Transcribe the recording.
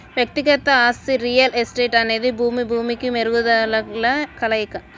వ్యక్తిగత ఆస్తి రియల్ ఎస్టేట్అనేది భూమి, భూమికి మెరుగుదలల కలయిక